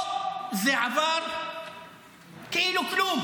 פה זה עבר כאילו כלום.